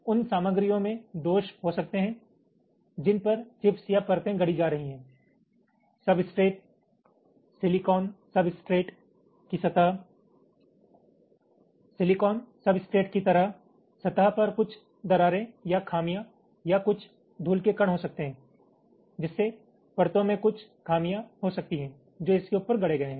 उन सामग्रियों में दोष हो सकते हैं जिन पर चिप्स या परतें गढ़ी जा रही हैं सब्सट्रेट सिलिकॉन सब्सट्रेट की तरह सतह पर कुछ दरारें या खामियां या कुछ धूल के कण हो सकते हैं जिससे परतों में कुछ खामियां हो सकती हैं जो इसके ऊपर गढ़े गए हैं